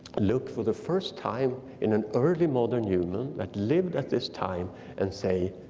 look for the first time in an early modern human that lived at this time and say,